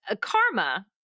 Karma